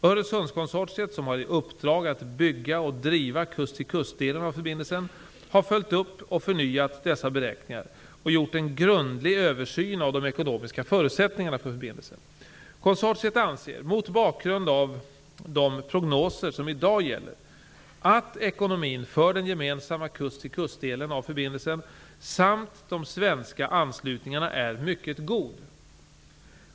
Öresundskonsortiet, som har i uppdrag att bygga och driva kust-till-kust-delen av förbindelsen, har följt upp och förnyat dessa beräkningar och gjort en grundlig översyn av de ekonomiska förutsättningarna för förbindelsen. Konsortiet anser, mot bakgrund av de prognoser som i dag gäller, att ekonomin för den gemensamma kust-tillkust-delen av förbindelsen samt de svenska anslutningarna är mycket god.